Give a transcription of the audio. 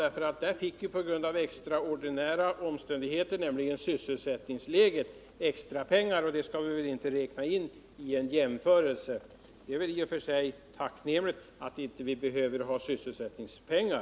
Då rådde det nämligen extra ordinära omständigheter på grund av sysselsättningsläget, som gav extrapengar. Dem kan vi inte räkna in vid en jämförelse, och det är väl i och för sig tacknämligt att vi inte behöver ha sysselsättningspengar.